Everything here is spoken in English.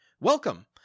welcome